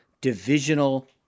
divisional